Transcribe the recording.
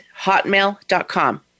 hotmail.com